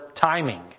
timing